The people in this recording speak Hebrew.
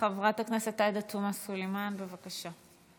חברת הכנסת עאידה תומא סלימאן, בבקשה.